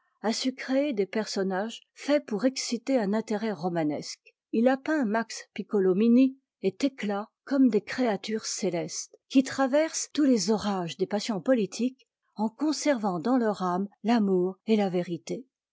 a su créer des personnages faits pour exciter un intérêt romanesque i a peint max piccolomini et thécla comme des créatures cé estes qui traversent tous les orages des passions politiques en conservant dans leur âme l'amour et la vérité